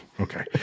Okay